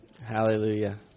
Hallelujah